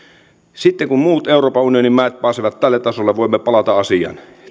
sitten kun muut euroopan unionin maat pääsevät tälle tasolle voimme palata asiaan